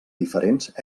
diferents